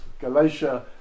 Galatia